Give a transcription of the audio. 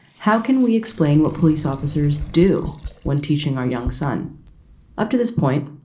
how can we explain what police officers do when teaching our young son up to this point?